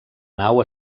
nau